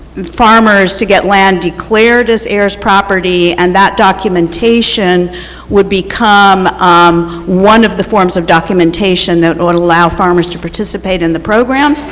farmers to get land declared as ayers property and that documentation will become um one of the forms of documentation that would allow farmers to participate in the program.